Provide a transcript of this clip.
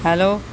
hello